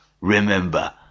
Remember